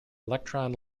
electron